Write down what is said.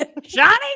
Johnny